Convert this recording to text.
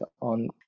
on